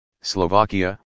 Slovakia